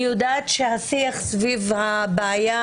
אני יודעת שהשיח סביב הבעיה,